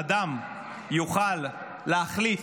אדם יוכל להחליט